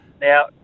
Now